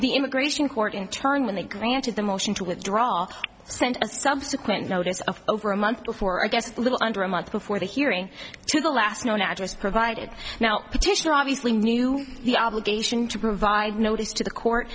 the immigration court in turn when they granted the motion to withdraw sent a subsequent notice of over a month before a guest a little under a month before the hearing to the last known address provided now petitioner obviously knew the obligation to provide notice to the court